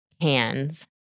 hands